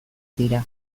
dira